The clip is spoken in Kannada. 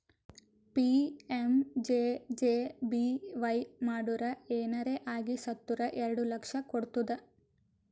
ಪಿ.ಎಮ್.ಜೆ.ಜೆ.ಬಿ.ವೈ ಮಾಡುರ್ ಏನರೆ ಆಗಿ ಸತ್ತುರ್ ಎರಡು ಲಕ್ಷ ಕೊಡ್ತುದ್